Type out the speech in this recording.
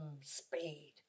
speed